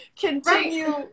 continue